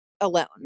alone